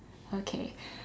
okay